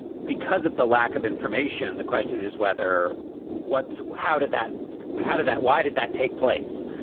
because of the lack of information, the question is whether what's. how did that how did that why did that take place?